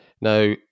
now